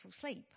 sleep